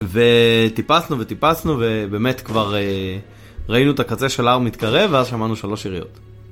וטיפסנו וטיפסנו ובאמת כבר ראינו את הקצה של הער מתקרב ואז שמענו שלוש יריות.